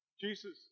Jesus